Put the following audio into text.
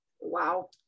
Wow